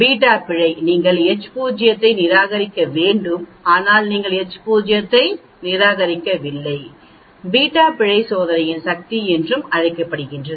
beta பிழை நீங்கள் H0 ஐ நிராகரிக்க வேண்டும் ஆனால் நீங்கள் H0 ஐ நிராகரிக்கவில்லை பீட்டா பிழை சோதனையின் சக்தி என்றும் அழைக்கப்படுகிறது